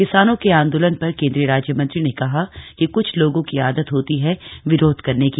किसानों के आंदोलन पर केन्द्रीय राज्य मंत्री ने कहा कि कुछ लोगों की आदत होती है विरोध करने की